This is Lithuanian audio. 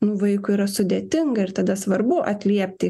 nu vaikui yra sudėtinga ir tada svarbu atliepti